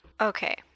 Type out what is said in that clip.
Okay